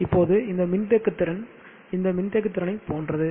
இப்போது இந்த மின்தேக்கு திறன் இந்த மின்தேக்குதிறனை போன்றது